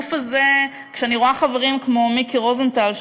והגוף הזה כשאני רואה חברים כמו מיקי רוזנטל,